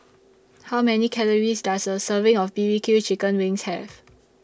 How Many Calories Does A Serving of B B Q Chicken Wings Have